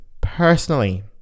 personally